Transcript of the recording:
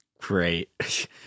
great